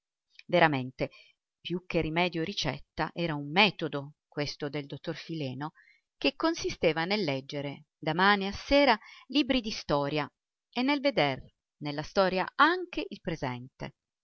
veramente più che rimedio o ricetta era un metodo questo del dottor fileno che consisteva nel leggere da mane a sera libri di storia e nel veder nella storia anche il presente